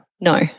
no